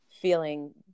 feeling